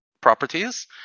properties